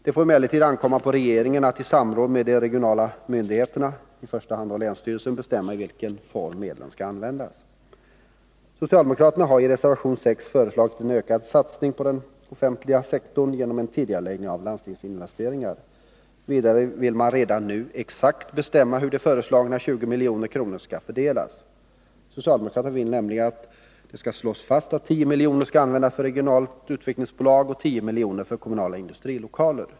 Det får emellertid ankomma på regeringen att i samråd med de regionala myndigheterna, i första hand länsstyrelsen, bestämma i vilken form medlen skall användas. Socialdemokraterna har i reservation 6 föreslagit en ökad satsning på den offentliga sektorn genom en tidigareläggning av landstingsinvesteringar. Vidare vill man redan nu exakt bestämma hur de föreslagna 20 miljonerna skall fördelas. Socialdemokraterna vill nämligen att det skall slås fast att 10 milj.kr. skall användas för ett regionalt utvecklingsbolag och 10 milj.kr. för kommunala industrilokaler.